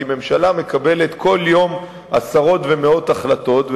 כי ממשלה מקבלת כל יום עשרות ומאות החלטות,